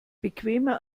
bequemer